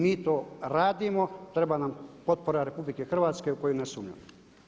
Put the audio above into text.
Mi to radimo, treba nam potpora RH u koju ne sumnjam.